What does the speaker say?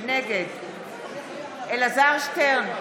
נגד אלעזר שטרן,